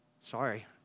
Sorry